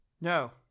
no